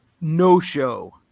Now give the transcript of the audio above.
no-show